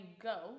go